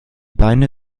beine